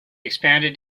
expanded